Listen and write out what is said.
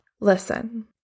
listen